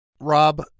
Rob